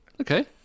Okay